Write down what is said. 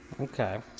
Okay